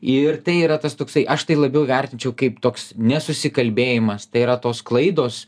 ir tai yra tas toksai aš tai labiau vertinčiau kaip toks nesusikalbėjimas tai yra tos klaidos